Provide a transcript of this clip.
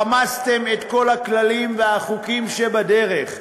רמסתם את כל הכללים והחוקים שבדרך.